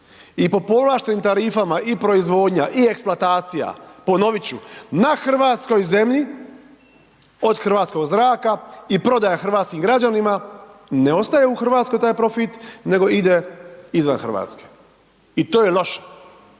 i po povlaštenim tarifama i proizvodnja i eksplantacija, ponoviti ću na hrvatskoj zemlji, od hrvatskog zraka i prodaja hrvatskim građanima, ne ostaju u Hrvatskoj taj profit, nego ide izvan Hrvatske i to je loše,